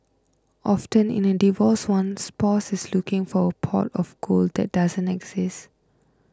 often in a divorce one spouse is looking for a pot of gold that doesn't exist